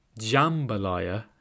jambalaya